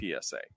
PSA